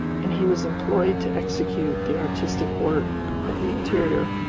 and he was employed to execute the artistic work of the interior.